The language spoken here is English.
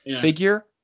figure